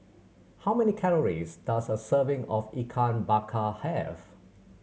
how many calories does a serving of Ikan Bakar have